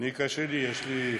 קשה לי, יש לי,